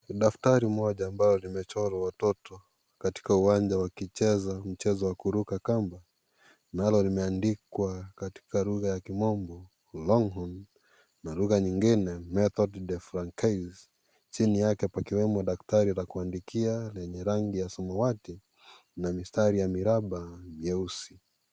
Ni daftari moja ambalo limechorwa watoto katika uwanja wakicheza mchezo wa kuruka kamba. Nalo limeandikwa katika lugha ya Kimombo Longhorn na lugha nyingine 'Methode de francais.' Chini yake pakiwemo daftari la kuandikia lenye rangi ya samawati na mistari ya miraba mieusi.